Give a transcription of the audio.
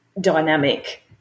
dynamic